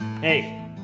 Hey